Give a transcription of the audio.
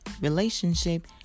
relationship